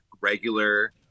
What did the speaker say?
regular